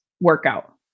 workout